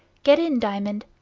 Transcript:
get in, diamond.